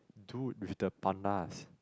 dude with the pandas